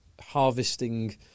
harvesting